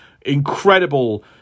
incredible